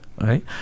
Right